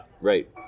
right